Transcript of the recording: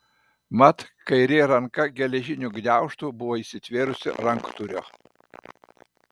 mat kairė ranka geležiniu gniaužtu buvo įsitvėrusi ranktūrio